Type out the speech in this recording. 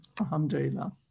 Alhamdulillah